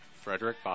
Frederick